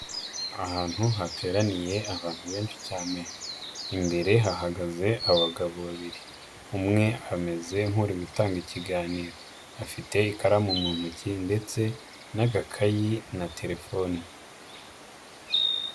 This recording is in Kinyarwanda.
Ahantu hateraniye abantu benshi cyane, imbere hahagaze abagabo babiri, umwe ameze nk'uri gutanga ikiganiro, afite agakaye ndetse na terefoni.